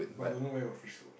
but I don't know where got fish soup